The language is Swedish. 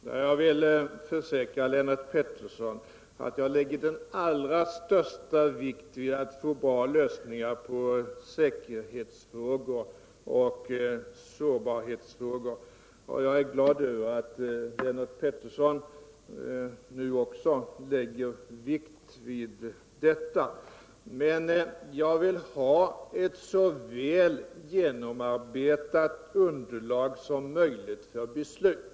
Herr talman! Jag vill försäkra Lennart Pettersson att jag lägger den allra största vikt vid att få bra lösningar på säkerhets och sårbarhetsfrågor, och jag är glad över att Qckså Lennart Pettersson lägger vikt vid detta. Men jag vill ha ett så väl genomarbetat underlag som möjligt för beslut.